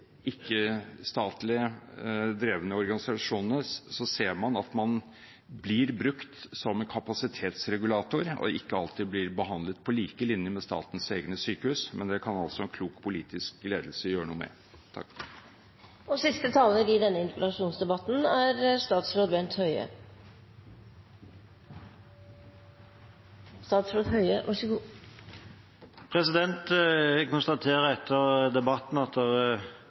drevne organisasjonene ser man at man blir brukt som en kapasitetsregulator og ikke alltid blir behandlet på lik linje med statens egne sykehus. Men det kan altså en klok politisk ledelse gjøre noe med. Jeg konstaterer etter debatten både at det er bred politisk enighet om det nye framtidige målbildet for hvordan sykehusstrukturen skal se ut i Oslo, og at